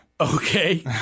okay